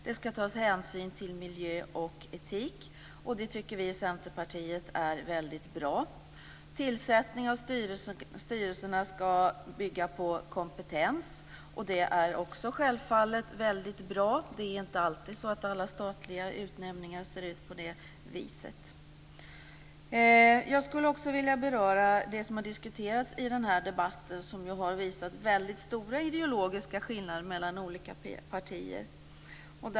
Det ska tas hänsyn till miljö och etik. Vi tycker i Centerpartiet att det är väldigt bra. Tillsättningen av styrelserna ska bygga på kompetens, och det är självfallet också väldigt bra. Det är inte alltid som statliga utnämningar ser ut på det viset. Jag skulle också vilja beröra det som har diskuterats i den här debatten, som ju har visat väldigt stora ideologiska skillnader mellan olika partier.